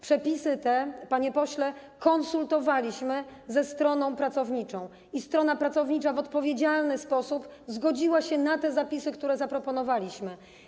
Przepisy te, panie pośle, konsultowaliśmy ze stroną pracowniczą i strona pracownicza w odpowiedzialny sposób zgodziła się na te zapisy, które zaproponowaliśmy.